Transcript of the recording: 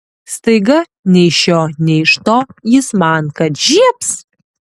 staiga nei iš šio nei iš to jis man kad žiebs